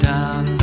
Down